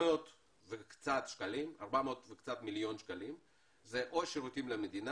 קצת יותר מ-400 מיליון שקלים זה או שירותים למדינה